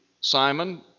Simon